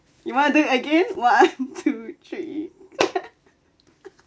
you want to do again one two three